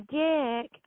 dick